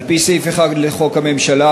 על-פי סעיף 1 לחוק הממשלה,